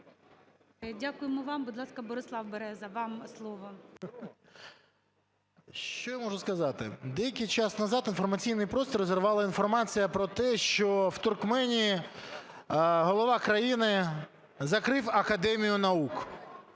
Дякуємо вам. Будь ласка, Борислав Береза, вам слово. 13:44:20 БЕРЕЗА Б.Ю. Що я можу сказати? Деякий час назад інформаційний простір розірвала інформація про те, що в Туркменії голова країни закрив академію наук.